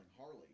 Harley